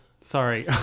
sorry